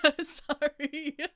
Sorry